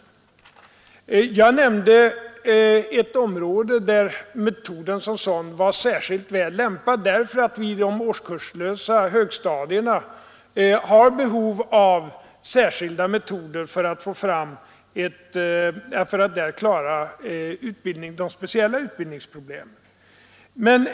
Jag nämnde ett område där metoden som sådan var särskilt väl lämpad. Vid de årskurslösa högstadierna finns nämligen behov av särskilda metoder för att klara de speciella utbildningsproblemen.